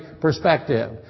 perspective